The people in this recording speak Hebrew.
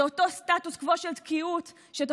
בריסק,